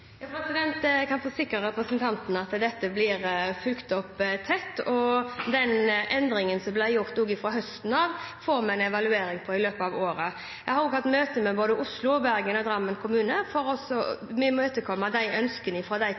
den endringen som blir gjort fra høsten av, får vi en evaluering på i løpet av året. Jeg har også hatt møte med både Oslo, Bergen og Drammen kommune for å imøtekomme ønskene fra de kommunene, der de